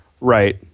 Right